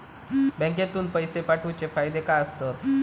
बँकेतून पैशे पाठवूचे फायदे काय असतत?